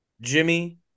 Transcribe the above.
Jimmy